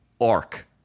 arc